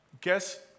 guess